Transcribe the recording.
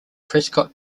prescott